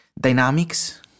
dynamics